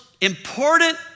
important